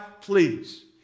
please